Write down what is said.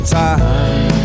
time